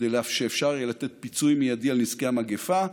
כדי שאפשר יהיה לתת פיצוי מיידי על נזקי המגפה.